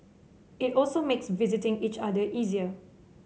it also makes visiting each other easier